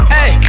Hey